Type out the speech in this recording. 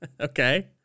Okay